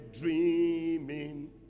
dreaming